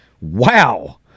Wow